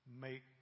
make